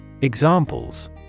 Examples